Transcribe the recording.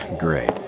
Great